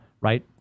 right